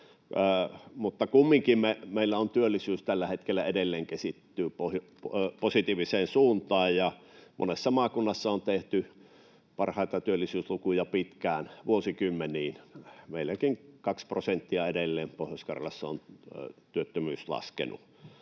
— kumminkin meillä työllisyys tällä hetkellä edelleen kehittyy positiiviseen suuntaan, ja monessa maakunnassa on tehty parhaita työllisyyslukuja vuosikymmeniin. Meilläkin Pohjois-Karjalassa edelleen työttömyys on laskenut